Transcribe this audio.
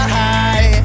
high